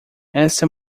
esta